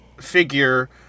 figure